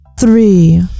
Three